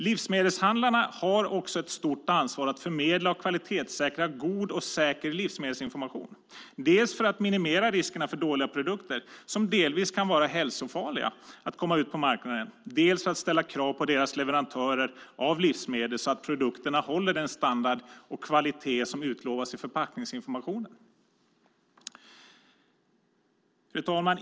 Livsmedelshandlarna har också ett stort ansvar att förmedla och kvalitetssäkra god och säker livsmedelsinformation, dels för att minimera riskerna för att dåliga produkter, som delvis kan vara hälsofarliga, ska komma ut på marknaden, dels för att ställa krav på leverantörerna av livsmedel så att produkterna håller den standard och kvalitet som utlovas i förpackningsinformationen.